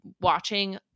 watching